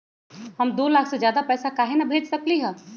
हम दो लाख से ज्यादा पैसा काहे न भेज सकली ह?